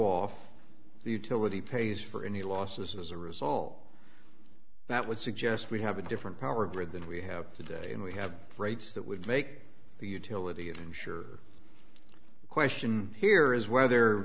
off the utility pays for any losses as a result that would suggest we have a different power grid than we have today and we have rates that would make the utility i'm sure question here is whether